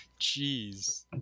jeez